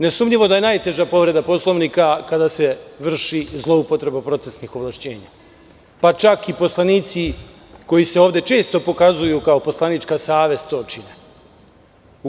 Nesumnjivo je najteža povreda Poslovnika kada se vrši zloupotreba procesnih ovlašćenja, pa čak i poslanici koji se ovde često pokazuju kao poslanička savest to čine.